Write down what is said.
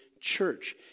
church